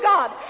God